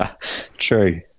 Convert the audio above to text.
True